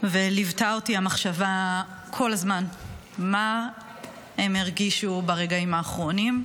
וכל הזמן ליוותה אותי המחשבה מה הם הרגישו ברגעים האחרונים,